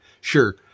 Sure